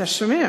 אתה שומע?